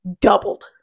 doubled